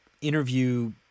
interview